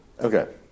Okay